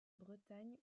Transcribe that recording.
bretagne